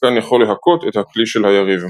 השחקן יכול להכות את הכלי של היריב.